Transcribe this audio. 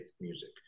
music